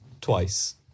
twice